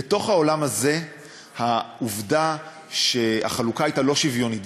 בתוך העולם הזה עובדה היא שהחלוקה לא הייתה שוויונית,